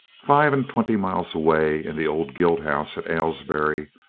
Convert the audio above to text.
five and twenty miles away in the old guild house at aylesbury,